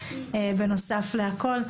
בנוסף לכל.